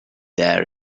there